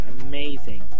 amazing